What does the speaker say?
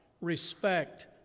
Respect